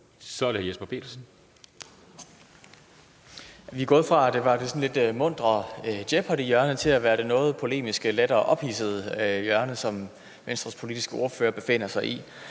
Vi er gået fra det sådan lidt muntre Jeopardyhjørne til det noget polemiske og lettere ophidsede hjørne, som Venstres politiske ordfører befinder sig i